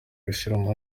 gushimira